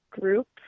group